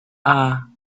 are